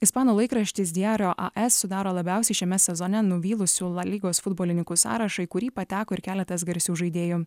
ispanų laikraštis diaro as sudaro labiausiai šiame sezone nuvylusių la lygos futbolininkų sąrašą į kurį pateko ir keletas garsių žaidėjų